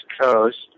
coast